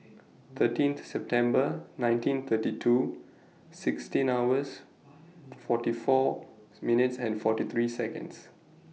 thirteen September nineteen thirty two sixteen hours forty Fourth minutes and forty three Seconds